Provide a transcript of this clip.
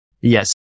Yes